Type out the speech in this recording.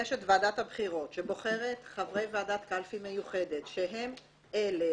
יש את ועדת הבחירות שבוחרת חברי ועדת קלפי מיוחדת שהם אלה